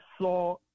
saw